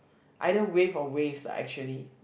either wave or waves actually